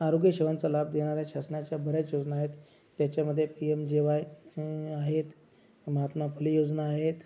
आरोग्य सेवांचा लाभ देणाऱ्या शासनाच्या बऱ्याच योजना आहेत त्याच्यामध्ये पी एम जे वाय आहेत महात्मा फुले योजना आहेत